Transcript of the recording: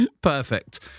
Perfect